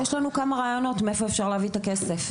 יש לנו כמה רעיונות מאיפה אפשר להביא את הכסף.